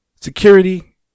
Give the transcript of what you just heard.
security